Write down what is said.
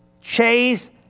chase